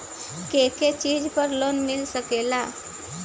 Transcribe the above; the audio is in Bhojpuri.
के के चीज पर लोन मिल सकेला?